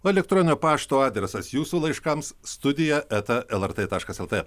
o elektronio pašto adresas jūsų laiškams studija eta lrt taškas lt